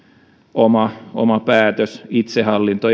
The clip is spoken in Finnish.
oma oma päätös itsehallinto